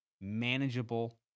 manageable